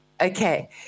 Okay